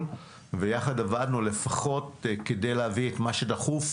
ויחד עבדנו כדי להביא לפחות את מה שדחוף.